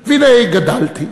והנה גדלתי,